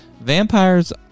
vampires